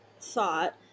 thought